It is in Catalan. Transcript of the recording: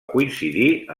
coincidir